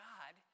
God